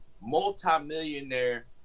multimillionaire